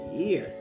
year